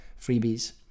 freebies